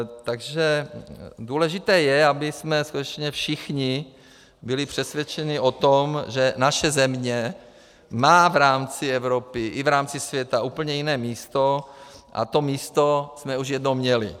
Takže důležité je, abychom skutečně všichni byli přesvědčeni o tom, že naše země má v rámci Evropy i v rámci světa úplně jiné místo, a to místo jsme už jednou měli.